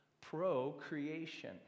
pro-creation